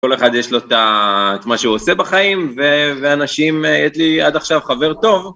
כל אחד יש לו את מה שהוא עושה בחיים, ואנשים, יש לי עד עכשיו חבר טוב.